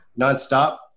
nonstop